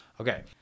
Okay